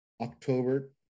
October